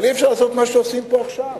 אבל אי-אפשר לעשות מה שעושים פה עכשיו.